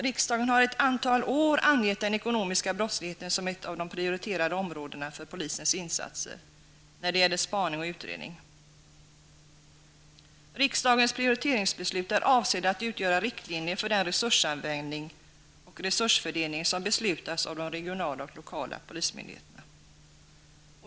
Riksdagen har under ett antal år angett den ekonomiska brottsligheten som ett av de prioriterade områdena för polisens insatser när det gäller spaning och utredning. Riksdagens prioriteringsbeslut är avsedda att utgöra riktlinjer för den resursanvändning och resursfördelning som beslutas av de regionala och lokala polismyndigheterna.